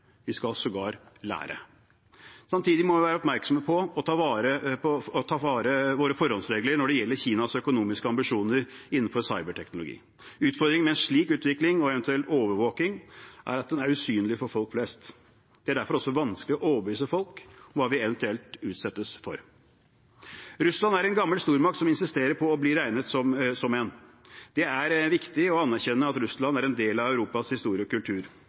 Vi skal sågar lære. Samtidig må vi være oppmerksomme på og ta våre forholdsregler når det gjelder Kinas økonomiske ambisjoner innenfor cyberteknologi. Utfordringen med en slik utvikling og eventuell overvåking er at den er usynlig for folk flest. Det er derfor også vanskelig å overbevise folk om hva vi eventuelt utsettes for. Russland er en gammel stormakt som insisterer på å bli regnet som en. Det er viktig å anerkjenne at Russland er en del av Europas historie og kultur.